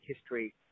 history